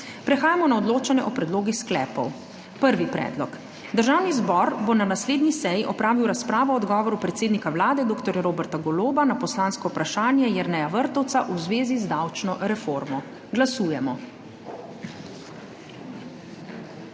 Prehajamo na odločanje o predlogih sklepov. Prvi predlog: Državni zbor bo na naslednji seji opravil razpravo o odgovoru predsednika Vlade dr. Roberta Goloba na poslansko vprašanje Jerneja Vrtovca v zvezi z davčno reformo. Glasujemo.